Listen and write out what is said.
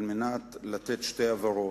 כדי לתת שתי הבהרות.